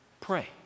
pray